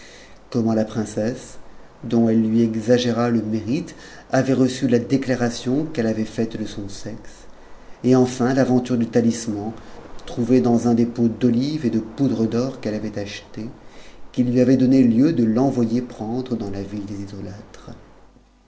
comment la princesse dont elle lui exagéra le mérite avait reçu la déclaration qu'elle lui avait faite de son sexe et enfin l'aventure du talisinan trouvé dans un des pots d'olives et de poudre d'or qu'elle avait achelés qui lui avait donné lieu de l'envoyer prendre dans la ville des